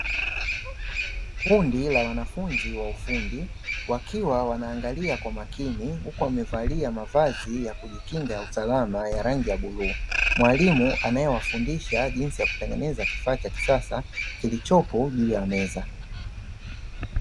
Kundi la wanafunzi wa ufundi wakiwa wanaangalia kwa makini, huku wamevalia mavazi ya kujikinga ya usalama ya rangi ya bluu, mwalimu anayewafundisha jinsi ya kutengeneza kifaa cha kisasa kilichopo juu ya meza.